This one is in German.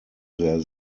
sehr